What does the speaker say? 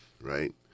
right